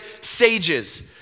sages